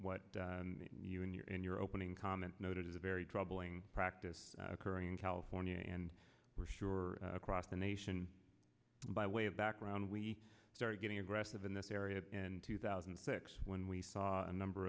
what you in your in your opening comment noted is a very troubling practice occurring in california and we're sure across the nation by way of background we are getting aggressive in this area in two thousand and six when we saw a number